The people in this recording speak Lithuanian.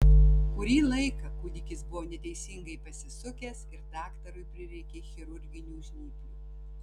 kurį laiką kūdikis buvo neteisingai pasisukęs ir daktarui prireikė chirurginių žnyplių